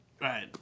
Right